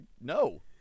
No